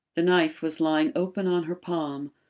the knife was lying open on her palm,